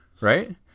right